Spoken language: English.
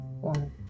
one